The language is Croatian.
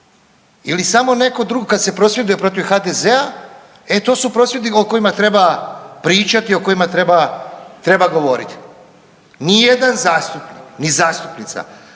ili samo neko, kad se prosvjeduje protiv HDZ-a, e to su prosvjedi o kojima treba pričati, o kojima treba, treba govorit. Nijedan zastupnik, ni zastupnica